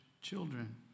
children